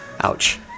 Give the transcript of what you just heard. Ouch